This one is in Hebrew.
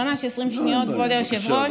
ממש 20 שניות, כבוד היושב-ראש.